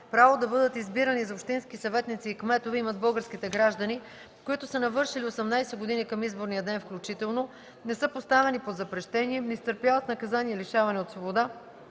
Право да бъдат избирани за общински съветници и кметове имат българските граждани, които са навършили 18 години към изборния ден включително, не са поставени под запрещение, не изтърпяват наказание лишаване от свобода